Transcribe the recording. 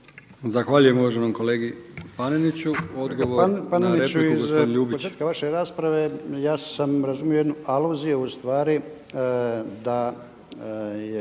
Zahvaljujem uvaženom kolegi Paneniću. Odgovor na repliku gospodin Ljubić.